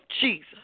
Jesus